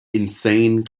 insane